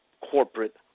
corporate